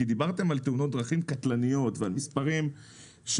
כי דיברתם על תאונות דרכים קטלניות ועל מספרים הזויים